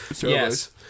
Yes